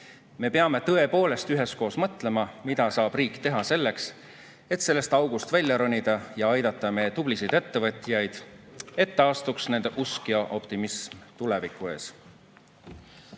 Me peame tõepoolest üheskoos mõtlema, mida saab riik teha selleks, et sellest august välja ronida ja aidata meie tublisid ettevõtjaid, et taastuks nende usk ja optimism tuleviku ees.